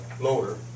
loader